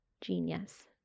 Genius